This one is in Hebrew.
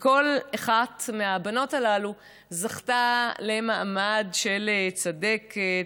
כל אחת הבנות הללו זכתה למעמד של צדקת,